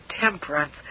temperance